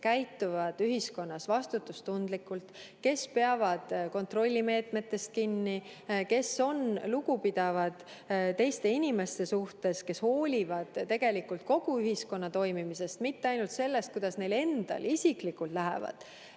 käituvad ühiskonnas vastutustundlikult, kes peavad kontrollimeetmetest kinni, kes on lugupidavad teiste inimeste suhtes, kes hoolivad tegelikult kogu ühiskonna toimimisest, mitte ainult sellest, kuidas neil endal isiklikult läheb